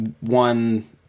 one